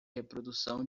reprodução